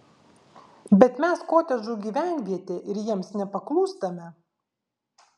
bet mes kotedžų gyvenvietė ir jiems nepaklūstame